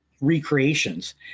recreations